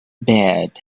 bed